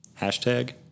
Hashtag